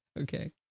Okay